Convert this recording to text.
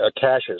caches